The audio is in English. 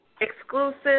Exclusive